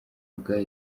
ubwayo